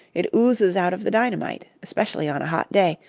it oozes out of the dynamite, especially on a hot day,